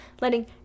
letting